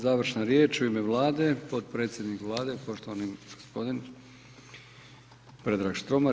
Završna riječ u ime Vlade, potpredsjednik Vlade poštovani gospodin Predrag Štromar.